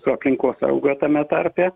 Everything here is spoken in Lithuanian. su aplinkosauga tame tarpe